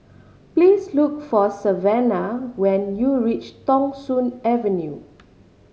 please look for Savanna when you reach Thong Soon Avenue